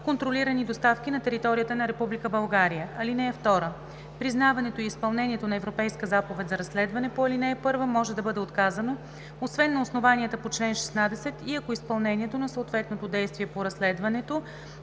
контролирани доставки на територията на Република България. 2) Признаването и изпълнението на Европейска заповед за разследване по ал. 1 може да бъде отказано, освен на основанията по чл. 16, и ако изпълнението на съответното действие по разследването